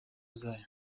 zayo